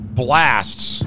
blasts